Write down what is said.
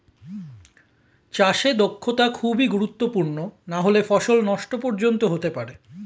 চাষে দক্ষতা খুবই গুরুত্বপূর্ণ নাহলে ফসল নষ্ট পর্যন্ত হতে পারে